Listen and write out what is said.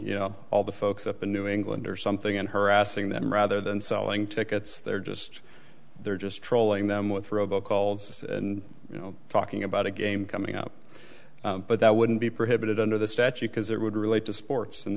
know all the folks up in new england or something and harassing them rather than selling tickets they're just they're just trolling them with robo calls and you know talking about a game coming up but that wouldn't be prohibited under the statute because it would relate to sports and